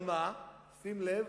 לאחיות.